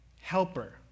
helper